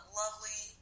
lovely